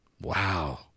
Wow